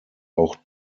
auch